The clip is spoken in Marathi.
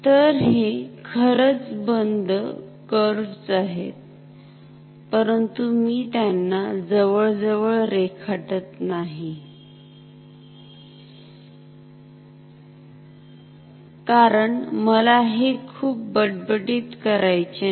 तर हे खरच बंद कर्व ज आहेत परंतु मी त्यांना जवळ जवळ रेखाटत नाही कारण मला हे खूप बटबटीत करायचे नाही